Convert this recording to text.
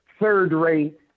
third-rate